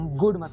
good